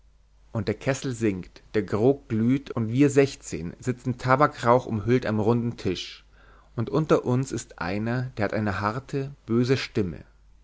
und der kessel singt der grog glüht und wir sechzehn sitzen tabakrauchumhüllt am runden tisch und unter uns ist einer der hat eine harte böse stimme